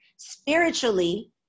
Spiritually